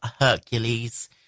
Hercules